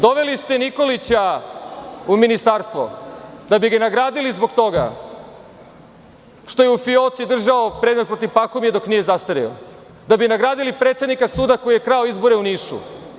Doveli ste Nikolića u ministarstvo da bi ga nagradili zbog toga što je u fioci držao predmet protiv Pahomija, dok nije zastareo, da bi nagradili predsednika suda koji je krao izbore u Nišu.